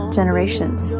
generations